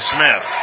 Smith